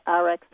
Rx